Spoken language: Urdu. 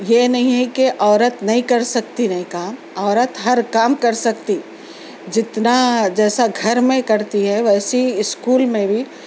یہ نہیں ہے کہ عورت نہیں کر سکتی نہیں کام عورت ہر کام کر سکتی جتنا جیسا گھر میں کرتی ہے ویسی اسکول میں بھی